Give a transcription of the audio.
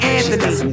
Anthony